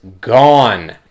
gone